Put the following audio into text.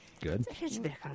good